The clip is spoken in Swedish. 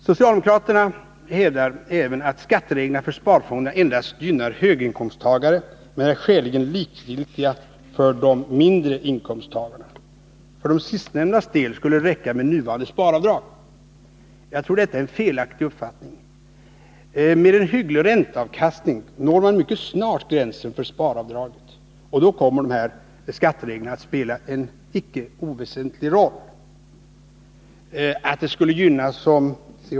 Socialdemokraterna hävdar även att skattereglerna för sparfonderna endast gynnar höginkomsttagare men är skäligen likgiltiga för de mindre inkomsttagarna. För de sistnämndas del skulle det räcka med nuvarande sparavdrag. Jag tror att detta är en felaktig uppfattning. Med en hygglig ränteavkastning når man mycket snart gränsen för sparavdraget, och då kommer de här skattereglerna att spela en icke oväsentlig roll. Att de, som C.-H.